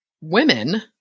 women